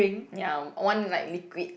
ya one like liquid